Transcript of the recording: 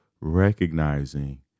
recognizing